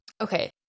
Okay